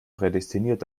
prädestiniert